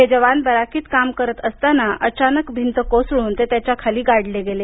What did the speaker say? हे जवान बराकीत काम करत असताना अचानक भिंत कोसळून ते त्याच्याखाली गाडले गेले